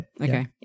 Okay